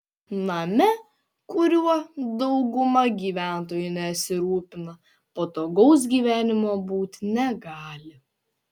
name kuriuo dauguma gyventojų nesirūpina patogaus gyvenimo būti negali